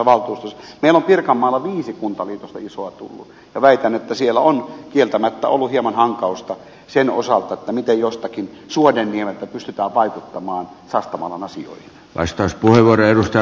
meillä on pirkanmaalla viisi isoa kuntaliitosta tullut ja väitän että siellä on kieltämättä ollut hieman hankausta sen osalta miten jostakin suodenniemeltä pystytään vaikuttamaan sastamalan asioihin